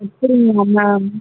அப்பிடிங்களா மேம்